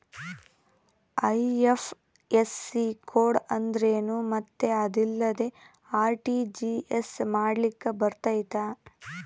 IFSC code ಅಂದ್ರೇನು ಮತ್ತು ಅದಿಲ್ಲದೆ ಆರ್.ಟಿ.ಜಿ.ಎಸ್ ಮಾಡ್ಲಿಕ್ಕೆ ಬರ್ತೈತಾ?